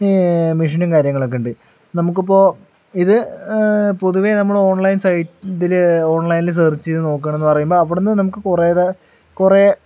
മെഷീനും കാര്യങ്ങളൊക്കെയുണ്ട് നമുക്കിപ്പോൾ ഇത് പൊതുവേ നമ്മള് ഓൺലൈൻ സൈറ്റില് ഇതില് ഓൺലൈനില് സെർച്ച് ചെയ്തു നോക്കണമെന്ന് പറയുമ്പോൾ അവിടുന്ന് നമുക്ക് കുറേ താ കുറേ